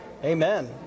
Amen